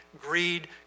greed